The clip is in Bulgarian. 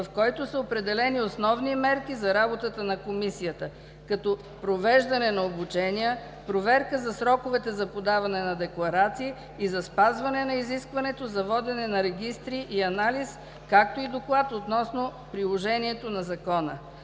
в който са определени основни мерки за работата на Комисията, като: провеждане на обучения, проверка за сроковете за подаване на декларации и за спазване на изискването за водене на регистри и анализ, както и доклад относно приложението на Закона.